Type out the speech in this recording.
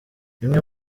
imwe